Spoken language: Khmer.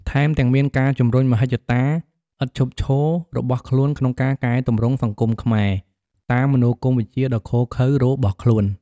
ថែមទាំងមានការជំរុញមហិច្ចតាឥតឈប់ឈររបស់ខ្លួនក្នុងការកែទម្រង់សង្គមខ្មែរតាមមនោគមវិជ្ជាដ៏ឃោរឃៅរបស់ខ្លួន។